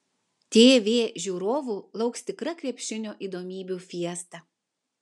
tv žiūrovų lauks tikra krepšinio įdomybių fiesta